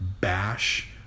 bash